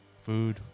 food